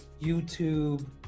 YouTube